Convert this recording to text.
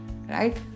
Right